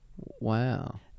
Wow